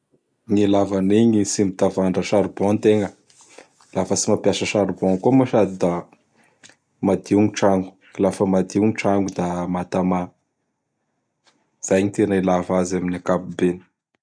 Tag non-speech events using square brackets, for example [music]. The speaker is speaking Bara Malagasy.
Gn' ilava anigny, tsy mitavandra charbon ategna. [noise] Lafa tsy mampiasa charbon koa moa sady da madio gny trano. Lafa madio gny trano da mahatama. Izay gny tena ilava azy amin' gny ankapobeny.